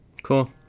Cool